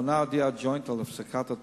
לאחרונה הודיע ה"ג'וינט" על הפסקת התרומה,